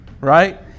right